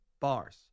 bars